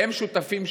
הם שותפים שלך.